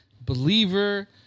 believer